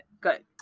Good